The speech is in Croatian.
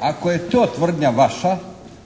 Ako je to tvrdnja vaša